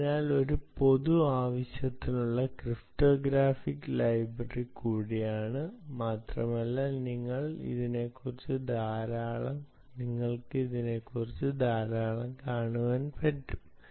അതിനാൽ ഇത് ഒരു പൊതു ആവശ്യത്തിനുള്ള ക്രിപ്റ്റോഗ്രാഫിക് ലൈബ്രറി കൂടിയാണ് മാത്രമല്ല നിങ്ങൾക്ക് ഇതിനെക്കുറിച്ച് ധാരാളം കാണാൻ പറ്റും